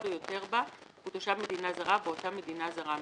או יותר בה הוא תושב מדינה זרה באותה מדינה זרה מסוימת."